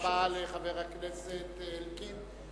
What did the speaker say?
תודה רבה לחבר הכנסת אלקין.